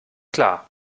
klar